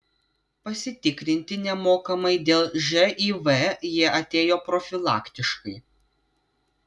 pasitikrinti nemokamai dėl živ jie atėjo profilaktiškai